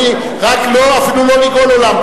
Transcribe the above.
אני, אפילו לא לגאול עולם.